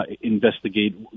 investigate